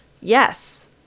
Yes